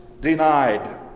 denied